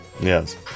Yes